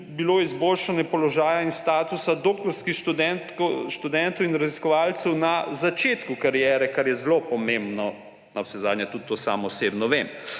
bilo izboljšanje položaja in statusa doktorskih študentov in raziskovalcev na začetku kariere, kar je zelo pomembno, navsezadnje to tudi sam osebno vem.